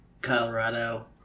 Colorado